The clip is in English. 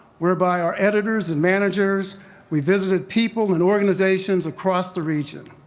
whereby our editors and managers we visited people, and organizations across the region.